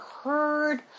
heard